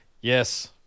Yes